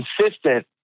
consistent